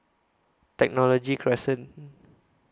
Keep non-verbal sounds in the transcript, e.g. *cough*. Technology Crescent *hesitation*